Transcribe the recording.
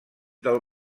del